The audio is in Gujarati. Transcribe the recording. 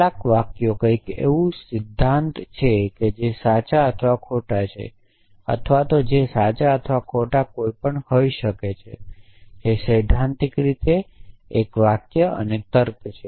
કેટલાક વાક્યો કંઈક એવું સિદ્ધાંત છે કે જે સાચા કે ખોટા છે અથવા જે સાચા અથવા ખોટા કંઈપણ હોઈ શકે છે જે સૈદ્ધાંતિક રીતે એક વાક્ય અને તર્ક છે